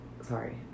sorry